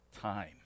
time